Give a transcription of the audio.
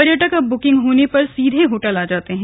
पर्यटेक अब बुकिंग होने पर सीधे होटल पर आ जाते है